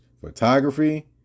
photography